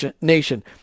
nation